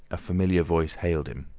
a familiar voice hailed him.